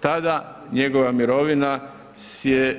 Tada njegova mirovina